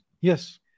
yes